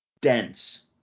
dense